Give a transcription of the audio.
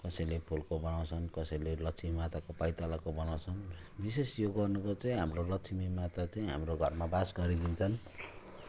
कसैले फुलको बनाउँछन् कसैले लक्ष्मी माताको पैतालाको बनाउँछन् विशेष यो गर्नुको चाहिँ हाम्रो लक्ष्मी माता चाहिँ हाम्रो घरमा बास गरिदिन्छन्